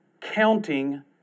counting